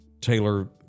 Taylor